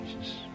Jesus